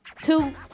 two